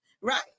right